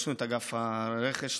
יש לנו אגף רכש,